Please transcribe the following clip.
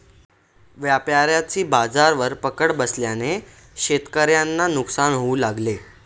व्यापाऱ्यांची बाजारावर पकड बसल्याने शेतकऱ्यांना नुकसान होऊ लागलं